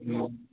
हूँ